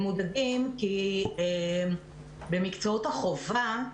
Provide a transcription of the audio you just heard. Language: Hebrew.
הם מודאגים כי במקצועות החובה,